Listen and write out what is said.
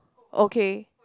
okay